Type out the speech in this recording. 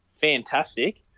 fantastic